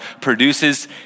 produces